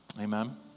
Amen